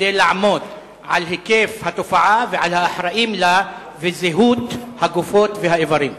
כדי לעמוד על היקף התופעה ועל האחראים לה ועל זהות הגופות והאיברים?